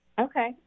Okay